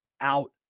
out